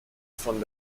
von